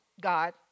God